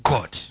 God